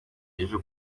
ejo